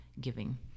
giving